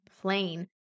plane